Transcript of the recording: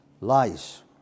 lies